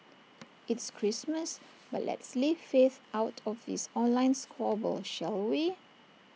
it's Christmas but let's leave faith out of this online squabble shall we